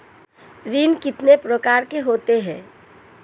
ऋण कितने प्रकार के होते हैं?